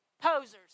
posers